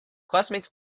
classmates